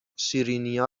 شیرینیا